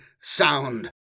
sound